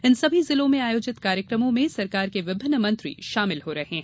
इन सभी जिलों में आयोजित कार्यकमों में सरकार के विभिन्न मंत्री शामिल हो रहे हैं